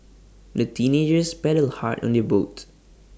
the teenagers paddled hard on their boat